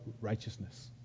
righteousness